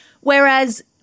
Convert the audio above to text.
Whereas